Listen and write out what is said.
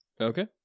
Okay